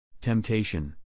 Temptation